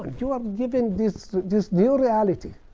you are given this this new reality.